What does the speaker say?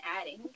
adding